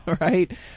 right